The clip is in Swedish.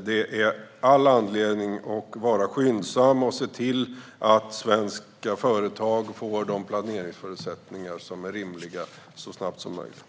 det finns all anledning att vara skyndsam och se till att svenska företag så snabbt som möjligt får rimliga planeringsförutsättningar.